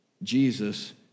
Jesus